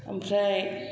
ओमफ्राय